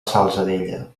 salzadella